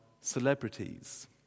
celebrities